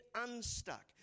unstuck